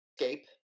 escape